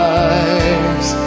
eyes